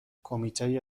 کمیته